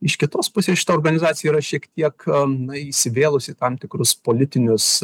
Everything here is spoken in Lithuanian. iš kitos pusės šita organizacija yra šiek tiek na įsivėlusi į tam tikrus politinius